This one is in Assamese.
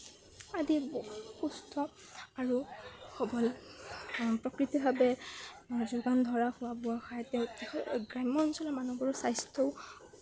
আদি সুস্থ আৰু সৱল প্ৰকৃতিভাৱে যোগান ধৰা খোৱা বোৱা খায় গ্ৰাম্য অঞ্চলৰ মানুহবোৰৰ স্বাস্থ্যও